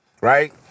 right